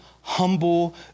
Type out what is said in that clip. humble